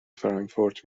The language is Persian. فرانکفورت